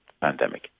pandemic